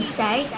say